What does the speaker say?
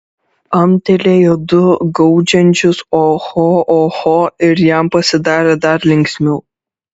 amtelėjo du gaudžiančius oho oho ir jam pasidarė dar linksmiau